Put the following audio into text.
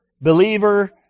believer